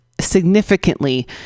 significantly